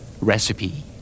Recipe